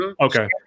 Okay